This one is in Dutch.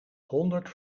honderd